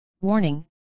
Warning